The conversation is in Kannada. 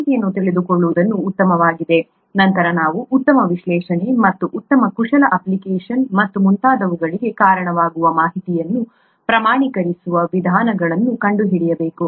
ಮಾಹಿತಿಯನ್ನು ತಿಳಿದುಕೊಳ್ಳುವುದು ಉತ್ತಮವಾಗಿದೆ ನಂತರ ನಾವು ಉತ್ತಮ ವಿಶ್ಲೇಷಣೆ ಮತ್ತು ಉತ್ತಮ ಕುಶಲ ಅಪ್ಲಿಕೇಶನ್ ಮತ್ತು ಮುಂತಾದವುಗಳಿಗೆ ಕಾರಣವಾಗುವ ಮಾಹಿತಿಯನ್ನು ಪ್ರಮಾಣೀಕರಿಸುವ ವಿಧಾನಗಳನ್ನು ಕಂಡುಹಿಡಿಯಬೇಕು